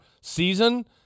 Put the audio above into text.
season